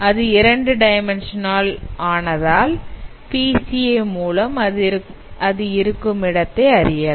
அது 2 டைமென்ஷனஆல் ஆனதால் பிசிஏ மூலம் அது இருக்கும் இடத்தை அறியலாம்